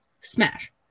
smash